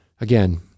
again